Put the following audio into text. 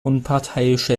unparteiische